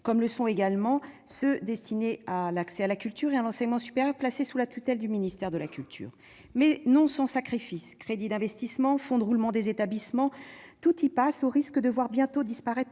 comme les crédits dédiés à l'accès à la culture et à l'enseignement supérieur placé sous la tutelle du ministère de la culture. Mais c'est non sans sacrifices ! Crédits d'investissement, fonds de roulement des établissements, tout y passe ... au risque de voir bientôt disparaître